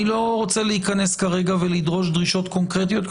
אני לא רוצה להיכנס כרגע ולדרוש דרישות קונקרטיות,